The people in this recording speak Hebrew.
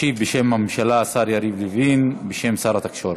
ישיב בשם הממשלה השר יריב לוין, בשם שר התקשורת.